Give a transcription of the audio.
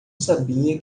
sabia